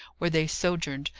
where they sojourned,